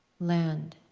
land